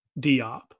Diop